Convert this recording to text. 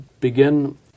begin